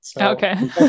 Okay